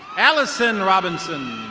alison robinson.